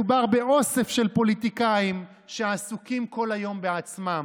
מדובר באוסף של פוליטיקאים שעסוקים כל היום בעצמם,